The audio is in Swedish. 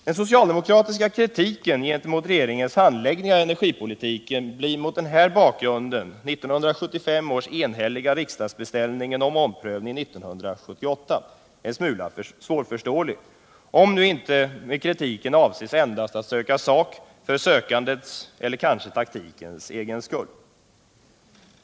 Den socialdemokratiska kritiken mot regeringens handläggning av energipolitiken blir mot den här bakgrunden — 1975 års enhälliga riksdagsbeställning om omprövning 1978 —- en smula svårförståelig, om nu inte med kritiken avses att endast söka sak för sökandets eller taktikens egen skull.